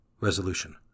Resolution